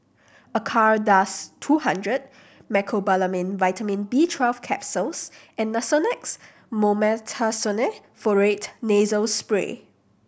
Acardust two hundred Mecobalamin Vitamin B Twelve Capsules and Nasonex Mometasone Furoate Nasal Spray